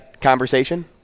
conversation